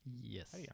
Yes